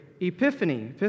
Epiphany